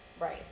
Right